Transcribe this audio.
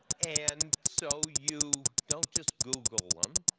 and, so, you don't just google them,